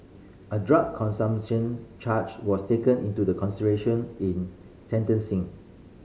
a drug consumption charge was taken into the consideration in sentencing